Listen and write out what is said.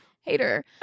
hater